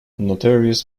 notorious